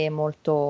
molto